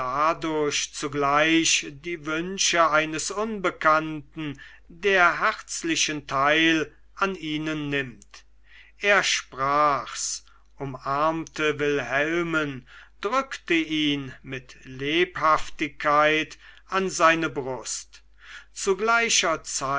dadurch zugleich die wünsche eines unbekannten der herzlichen teil an ihnen nimmt er sprach's umarmte wilhelmen drückte ihn mit lebhaftigkeit an seine brust zu gleicher